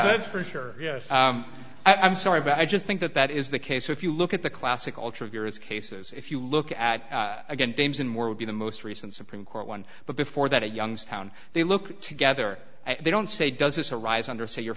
that's for sure i'm sorry but i just think that that is the case if you look at the classical triggers cases if you look at again james and more would be the most recent supreme court one but before that a youngstown they look together they don't say does this arise under say